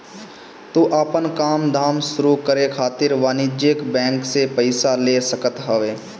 तू आपन काम धाम शुरू करे खातिर वाणिज्यिक बैंक से पईसा ले सकत हवअ